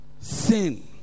sin